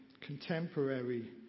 contemporary